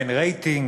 אין רייטינג.